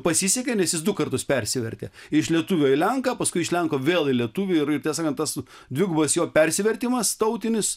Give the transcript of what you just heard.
pasisekė nes jis du kartus persivertė iš lietuvio į lenką paskui iš lenko vėl į lietuvį ir tiesą sakant tas dvigubas jo persivertimas tautinis